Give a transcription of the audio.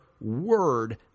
word